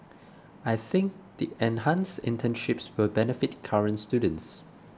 I think the enhanced internships will benefit current students